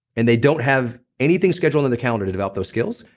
and they don't have anything scheduled in their calendar to develop those skills,